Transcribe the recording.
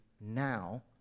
now